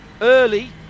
early